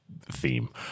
theme